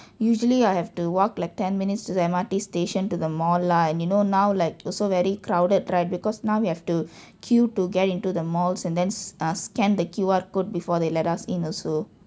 usually I have to walk like ten minutes to the M_R_T station to the mall lah and you know now like also very crowded right because now we have to queue to get into the malls and then s~ scan the Q_R code before they let us in also